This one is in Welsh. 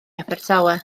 abertawe